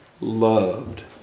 loved